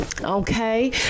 Okay